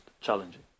challenging